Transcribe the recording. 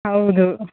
ಹೌದು